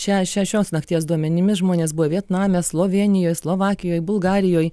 šią šešios nakties duomenimis žmonės buvo vietname slovėnijoj slovakijoj bulgarijoj